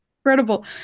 incredible